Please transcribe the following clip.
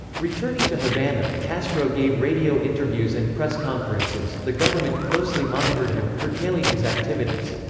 returning to havana, castro gave radio interviews and press conferences the government closely monitored him, curtailing his activities.